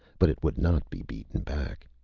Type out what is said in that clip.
but it would not be beaten back.